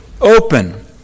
open